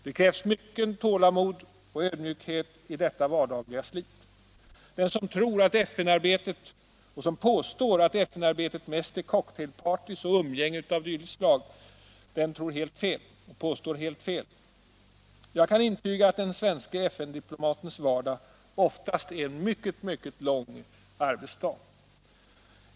Det krävs mycket tålamod och mycken ödmjukhet i detta vardagliga slit. Den som påstår att FN-arbetet mest är cocktailpartyn och umgänge av olika slag har helt fel. Jag kan intyga att den svenske FN-diplomatens vardag oftast är en mycket lång arbetsdag.